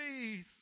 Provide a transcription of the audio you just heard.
please